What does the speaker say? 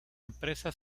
empresa